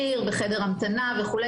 וחדר המתנה וכו',